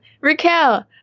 Raquel